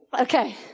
Okay